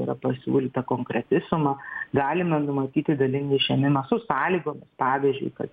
yra pasiūlyta konkreti suma galime numatyti dalinį išėmimą su sąlygomis pavyzdžiui kad